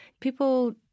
People